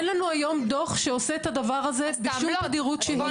אין לנו היום דוח שעושה את הדבר הזה בשום תדירות שהיא.